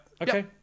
okay